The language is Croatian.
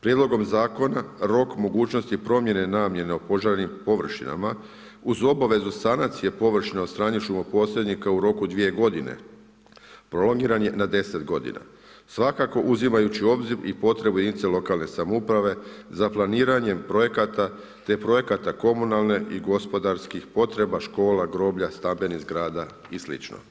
Prijedlogom zakona, rok mogućnosti promjene namjene opožarenih površina uz obavezu sanacije površina od strane šumoposjednika u roku 2 godine prolongiran je na 10 godina svakako uzimajući u obzir i potrebe jedinica lokalne samouprave za planiranjem projekata, te projekata komunalne i gospodarskih potreba, škola, groblja, stambenih zgrada i sl.